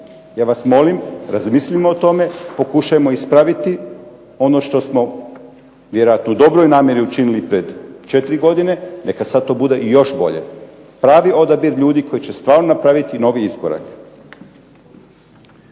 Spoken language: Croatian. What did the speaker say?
Ja vas molim, razmislimo o tome, pokušajmo ispraviti ono što smo vjerojatno u dobroj namjeri učinili pred četiri godine. Neka sad to bude još bolje. Pravi odabir ljudi koji će stvarno napraviti novi iskorak.